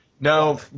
No